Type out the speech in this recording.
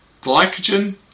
Glycogen